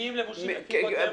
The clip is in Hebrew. שמגיעים לבושים לפי קוד לבוש.